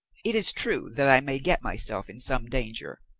it is true that i may get myself in some danger.